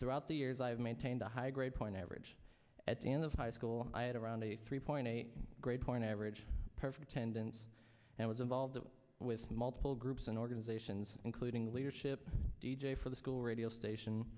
throughout the years i have maintained a high grade point average at the end of high school i had around a three point eight grade point average perfect attendance and was involved with multiple groups and organizations including leadership d j for the school radio station